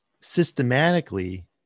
systematically